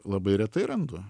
labai retai randu